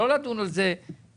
לא לדון על זה בסוף,